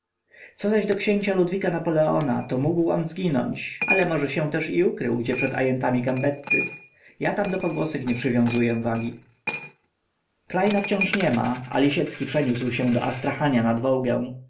co zaś do ks ludwika napoleona to mógł on zginąć ale może się też i ukrył gdzie przed ajentami gambetty ja tam do pogłosek nie przywiązuję wagi klejna wciąż niema a lisiecki przeniósł się do astrachania nad wołgę